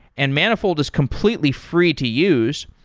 and manifold is completely free to use.